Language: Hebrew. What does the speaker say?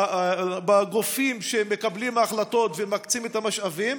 בגופים שמקבלים את ההחלטות ומקצים את המשאבים,